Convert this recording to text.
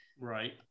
Right